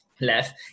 left